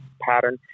pattern